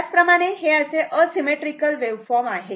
त्याच प्रमाणे हे असे असिमेट्रीकल वेव्हफॉर्म आहेत